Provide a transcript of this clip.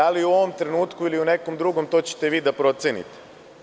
Da li u ovom trenutku ili u nekom drugom, to ćete vi da procenite.